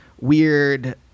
weird